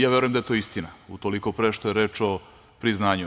Ja verujem da je to istina utoliko pre što je reč o priznanju.